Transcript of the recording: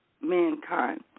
mankind